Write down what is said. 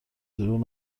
دروغ